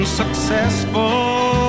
successful